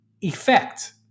effect